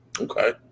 Okay